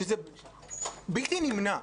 כשזה בלתי נמנע.